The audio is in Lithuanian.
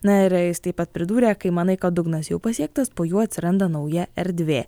na ir jis taip pat pridūrė kai manai kad dugnas jau pasiektas po juo atsiranda nauja erdvė